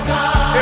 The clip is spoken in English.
God